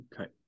Okay